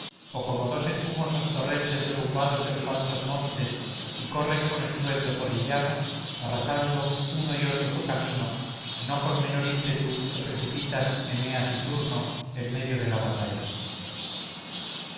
o como dos espumosos torrentes derrumbados de los altos montes y corren con estruendo por el llano arrasando uno y otro su camino no con menor ímpetu se precipitan eneas y turno en medio de la batalla